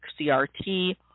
CRT